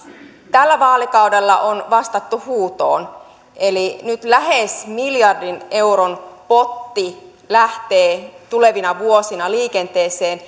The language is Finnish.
tällä vaalikaudella on vastattu huutoon eli nyt lähes miljardin euron potti lähtee tulevina vuosina liikenteeseen